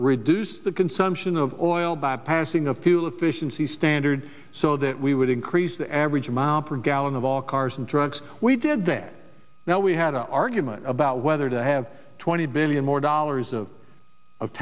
reduce the consumption of oil by passing a fuel efficiency standards so that we would increase the average amount per gallon of all cars and trucks we did that now we had a argument about whether to have twenty billion more dollars of